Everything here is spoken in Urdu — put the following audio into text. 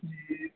جی